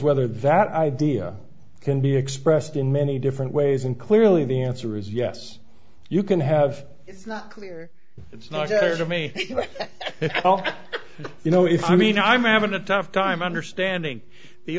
whether that idea can be expressed in many different ways and clearly the answer is yes you can have it's not clear it's not clear to me you know if i mean i'm having a tough time understanding the